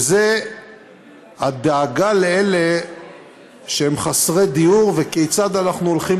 והוא הדאגה לאלה שהם חסרי דיור וכיצד אנחנו הולכים